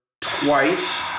twice